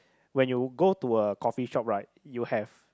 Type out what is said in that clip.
when you go to a coffee shop right you have